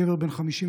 גבר בן 57,